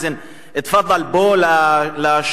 בוא לשולחן המשא-ומתן,